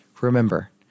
Remember